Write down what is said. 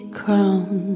crown